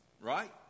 right